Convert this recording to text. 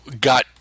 got